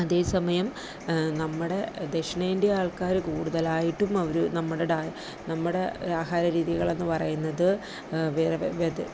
അതേ സമയം നമ്മുടെ ദക്ഷിണേന്ത്യ ആൾക്കാർ കൂടുതലായിട്ടും അവർ നമ്മുടെ ഡ നമ്മുടെ ആഹാര രീതികൾ എന്ന് പറയുന്നത് വെത